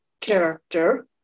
character